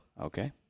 Okay